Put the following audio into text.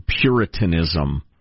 puritanism